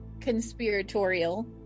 conspiratorial